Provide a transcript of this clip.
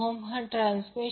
81 angle 21